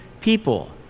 people